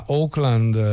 Oakland